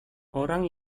orang